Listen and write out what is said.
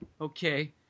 okay